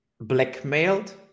blackmailed